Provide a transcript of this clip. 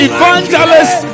Evangelist